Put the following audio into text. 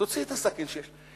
תוציאי את הסכין שיש לך.